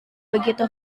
begitu